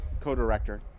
co-director